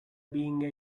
being